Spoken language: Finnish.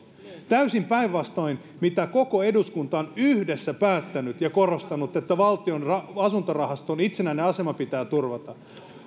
täysin päinvastoin kuin koko eduskunta on yhdessä päättänyt ja korostanut että valtion asuntorahaston itsenäinen asema pitää turvata